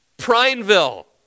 prineville